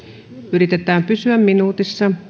yritetään pysyä minuutissa